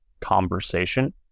conversation